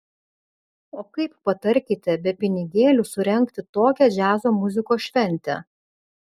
o kaip patarkite be pinigėlių surengti tokią džiazo muzikos šventę